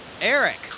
Eric